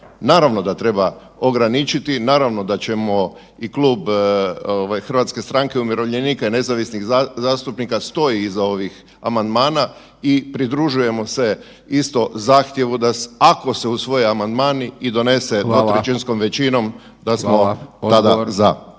Naravno da treba ograničiti, naravno da ćemo i klub HSU-a i nezavisnih zastupnika stoji iza ovih amandmana i pridružujemo se isto zahtjevu ako se usvoje amandmani i donese dvotrećinskom većinom da smo tada za.